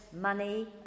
money